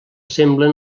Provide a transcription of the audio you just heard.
semblen